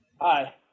Hi